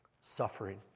Suffering